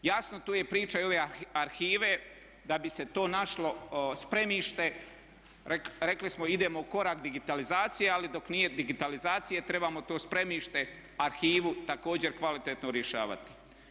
Jasno, tu je priča i ove arhive, da bi se to našlo spremište rekli smo idemo ukorak digitalizacije ali dok nije digitalizacije trebamo to spremište, arhivu također kvalitetno rješavati.